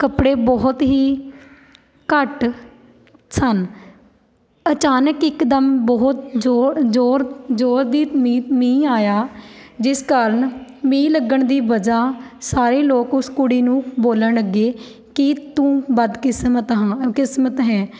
ਕੱਪੜੇ ਬਹੁਤ ਹੀ ਘੱਟ ਸਨ ਅਚਾਨਕ ਇੱਕਦਮ ਬਹੁਤ ਜ਼ੋ ਜ਼ੋਰ ਜ਼ੋਰਦੀ ਮੀਹ ਮੀਂਹ ਆਇਆ ਜਿਸ ਕਾਰਨ ਮੀਂਹ ਲੱਗਣ ਦੀ ਵਜ੍ਹਾ ਸਾਰੇ ਲੋਕ ਉਸ ਕੁੜੀ ਨੂੰ ਬੋਲਣ ਲੱਗੇ ਕਿ ਤੂੰ ਬਦਕਿਸਮਤ ਹਾਂ ਕਿਸਮਤ ਹੈ